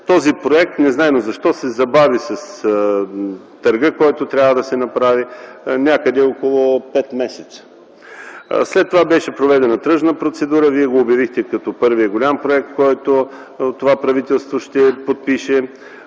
този проект незнайно защо се забави с търга, който трябва да се направи, някъде около пет месеца. След това беше проведена тръжна процедура. Вие го обявихте като първия голям проект, който това правителство ще подпише.